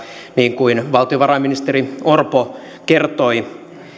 niin kuin valtiovarainministeri orpo kertoi